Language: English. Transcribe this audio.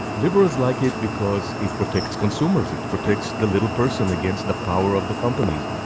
liberals like it because it protects consumers. it protects the little person against the power of the companies.